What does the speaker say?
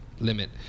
limit